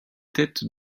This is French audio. tête